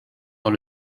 dans